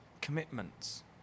commitments